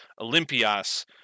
Olympias